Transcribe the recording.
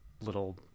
little